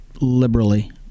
liberally